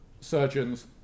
surgeons